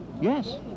Yes